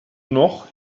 noch